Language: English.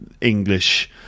English